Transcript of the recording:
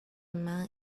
man